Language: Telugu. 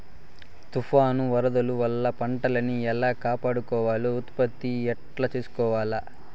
తుఫాను, వరదల వల్ల పంటలని ఎలా కాపాడుకోవాలి, ఉత్పత్తిని ఎట్లా పెంచుకోవాల?